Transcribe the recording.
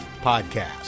Podcast